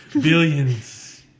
Billions